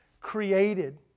created